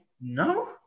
No